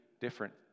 different